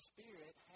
Spirit